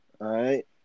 right